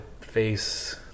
face